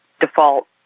default